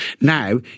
Now